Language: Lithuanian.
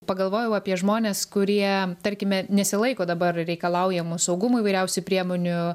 pagalvojau apie žmones kurie tarkime nesilaiko dabar reikalaujamų saugumo įvairiausių priemonių